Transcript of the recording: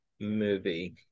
movie